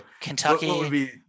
Kentucky